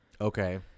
Okay